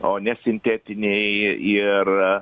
o ne sintetiniai ir